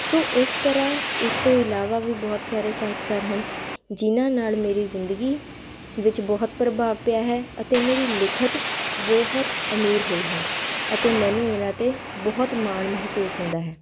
ਸੋ ਇਸ ਤਰ੍ਹਾਂ ਇਸ ਤੋਂ ਇਲਾਵਾ ਵੀ ਬਹੁਤ ਸਾਰੇ ਸਾਹਿਤਕਾਰ ਹਨ ਜਿਨ੍ਹਾਂ ਨਾਲ ਮੇਰੀ ਜਿੰਦਗੀ ਵਿੱਚ ਬਹੁਤ ਪ੍ਰਭਾਵ ਪਿਆ ਹੈ ਅਤੇ ਮੇਰੀ ਲਿਖਿਤ ਬਹੁਤ ਅਮੀਰ ਹੋਈ ਹੈ ਅਤੇ ਮੈਨੂੰ ਇਨ੍ਹਾਂ 'ਤੇ ਬਹੁਤ ਮਾਣ ਮਹਿਸੂਸ ਹੁੰਦਾ ਹੈ